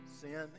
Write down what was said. Sin